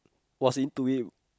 was into it